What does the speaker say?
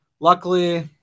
Luckily